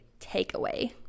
takeaway